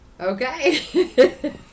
Okay